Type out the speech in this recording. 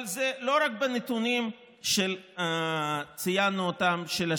אבל זה לא רק בנתונים של השיווקים שציינו אותם.